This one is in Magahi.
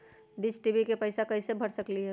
डिस टी.वी के पैईसा कईसे भर सकली?